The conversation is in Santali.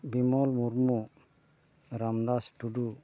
ᱵᱤᱢᱚᱞ ᱢᱩᱨᱢᱩ ᱨᱟᱢᱫᱟᱥ ᱴᱩᱰᱩ